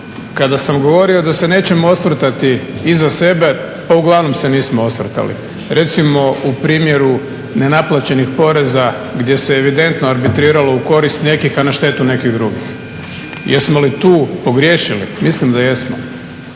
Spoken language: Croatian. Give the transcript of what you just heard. Kada sam govorio da se nećemo osvrtati iza sebe, pa uglavnom se nismo osvrtali. Recimo u primjeru nenaplaćenih poreza gdje se evidentno arbitriralo u korist nekih a na štetu nekih drugih. Jesmo li tu pogriješili? Mislim da jesmo.